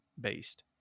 based